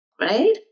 right